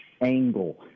angle